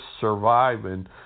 surviving